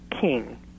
king